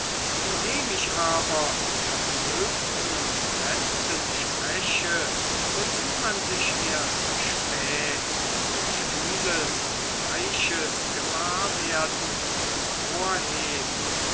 indem ich aber vom höchsten und letzten spreche wozu man sich erst spät durch vieles und reiches gewahrwerden